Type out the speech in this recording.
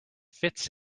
fits